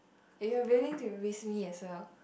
you are willing to risk me as a